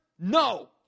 No